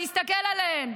תסתכל עליהם,